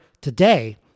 today